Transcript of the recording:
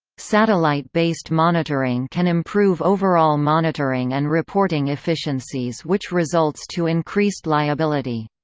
satellite-based monitoring can improve overall monitoring and reporting efficiencies which results to increased liability.